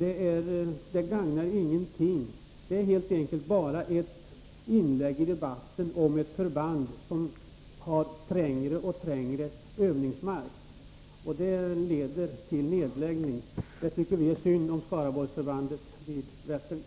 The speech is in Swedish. i Vättern inte gagnar fisket. Det gagnar egentligen ingenting. Det är helt enkelt bara ett inlägg i debatten om ett förband vars övningsmark blir trängre och trängre. Det leder till nedläggning. Det tycker vi är synd när det gäller Skaraborgsförbandet vid Vättern.